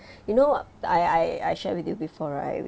you know I I I shared with you before right